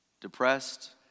depressed